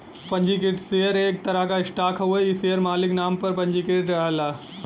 पंजीकृत शेयर एक तरह क स्टॉक हउवे इ शेयर मालिक नाम पर पंजीकृत रहला